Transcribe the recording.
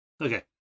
Okay